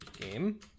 Game